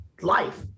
life